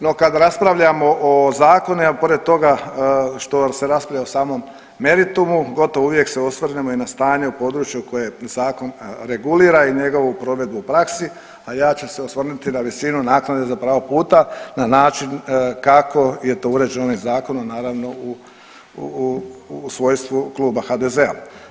No kad raspravljamo o zakonima, a pored toga što se raspravlja o samom meritumu, gotovo uvijek se osvrnemo i na stanje u području koje zakon regulira i njegovu provedbu u praksi, a ja ću se osvrnuti na visinu naknade za pravo puta, na način kako je to uređeno ovim Zakonom, naravno u svojstvu Kluba HDZ-a.